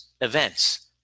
events